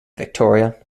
victoria